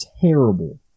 terrible